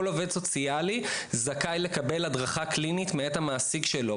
כל עו"ס זכאי לקבל הדרכה קלינית מאת המעסיק שלו.